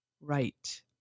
right